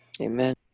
Amen